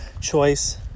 choice